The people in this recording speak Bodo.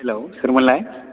हेल' सोरमोनलाय